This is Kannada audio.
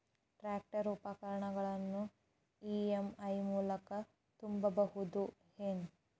ಟ್ರ್ಯಾಕ್ಟರ್ ಉಪಕರಣಗಳನ್ನು ಇ.ಎಂ.ಐ ಮೂಲಕ ತುಂಬಬಹುದ ಏನ್?